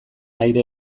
aire